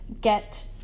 get